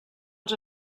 els